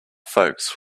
folks